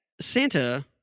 Santa